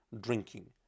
drinking